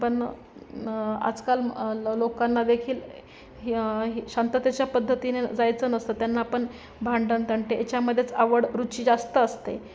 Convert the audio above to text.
पण आजकाल ल लोकांना देखील ही ही शांततेच्या पद्धतीने जायचं नसतं त्यांना पण भांडण तंटे याच्यामध्येच आवड रुची जास्त असते